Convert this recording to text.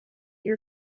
your